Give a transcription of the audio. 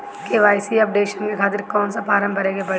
KYC updation के खातिर कौन सा फारम भरे के पड़ी?